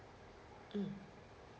mm